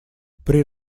при